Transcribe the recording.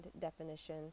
definition